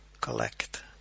collect